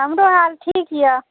हमरो हाल ठीक यऽ